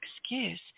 excuse